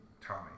Tommy